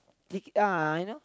tic~ uh you know